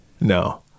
No